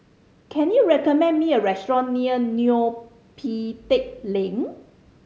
can you recommend me a restaurant near Neo Pee Teck Lane